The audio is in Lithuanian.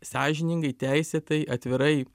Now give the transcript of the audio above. sąžiningai teisėtai atvirai